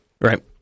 Right